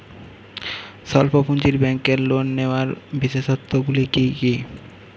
স্বল্প পুঁজির ব্যাংকের লোন নেওয়ার বিশেষত্বগুলি কী কী?